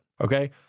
Okay